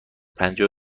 پنجاه